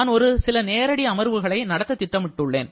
நான் ஒரு சில நேரடி அமர்வுகளை நடத்த திட்டமிட்டுள்ளேன்